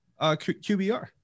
QBR